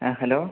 ആ ഹലോ